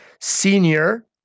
senior